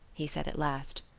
he said at last,